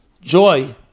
joy